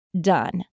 done